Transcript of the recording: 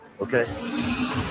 okay